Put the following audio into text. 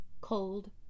cold